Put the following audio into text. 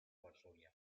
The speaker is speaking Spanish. varsovia